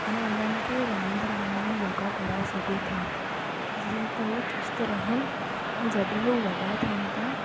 ऐं उन्हनि खे रांदि रांदि में योगा कराए सघूं था जीअं त हो चुस्तु रहनि ऐं जॾहिं हूं वॾा थियनि था